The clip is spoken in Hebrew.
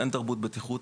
אין תרבות בטיחות.